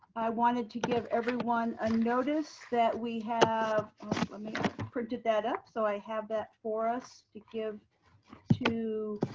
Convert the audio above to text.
wanted to give everyone a notice that we have printed that up. so i have that for us to give to